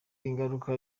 ingaruka